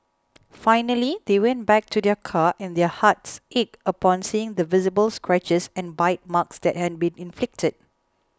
finally they went back to their car and their hearts ached upon seeing the visible scratches and bite marks that had been inflicted